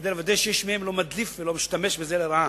כדי לוודא שאיש מהם לא מדליף ולא משתמש בזה לרעה,